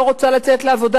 לא רוצה לצאת לעבודה,